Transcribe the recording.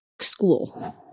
school